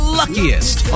luckiest